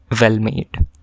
well-made